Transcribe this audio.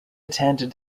attended